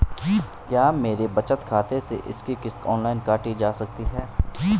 क्या मेरे बचत खाते से इसकी किश्त ऑनलाइन काटी जा सकती है?